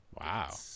wow